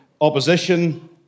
Opposition